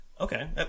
okay